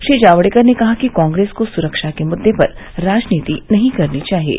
श्री जावड़ेकर ने कहा कि कांग्रेस को सुरक्षा के मुद्दे पर राजनीति नहीं करनी चाहिये